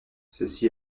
ceci